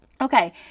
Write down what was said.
Okay